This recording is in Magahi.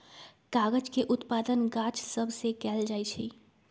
कागज के उत्पादन गाछ सभ से कएल जाइ छइ